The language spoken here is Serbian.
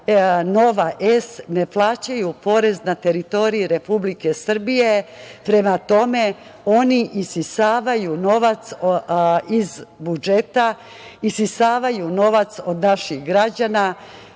Nova S ne plaćaju porez na teritoriji Republike Srbije. Prema tome, oni isisavaju novac iz budžeta, isisavaju novac od naših građana,